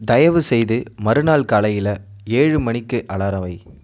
தயவுசெய்து மறுநாள் காலையில் ஏழு மணிக்கு அலாரம் வை